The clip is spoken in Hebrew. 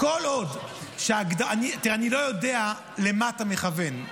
אני לא יודע למה אתה מכוון,